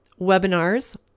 webinars